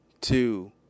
two